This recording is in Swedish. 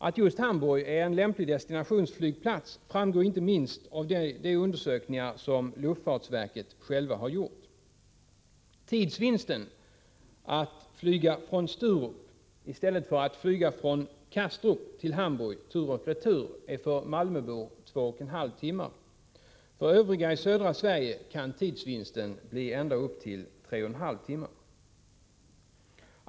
Att just Hamburg är en lämplig destinationsflygplats framgår inte minst av de undersökningar som luftfartsverket självt har gjort. Tidsvinsten att flyga från Sturup i stället för från Kastrup till Hamburg tur och retur är för en malmöbo två och en halv timme. För övriga i södra Sverige kan tidsvinsten bli ända upp till tre och en halv timme.